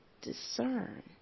discern